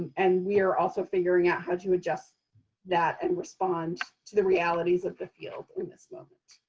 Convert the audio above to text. and we are also figuring out how to adjust that and respond to the realities of the field in this moment.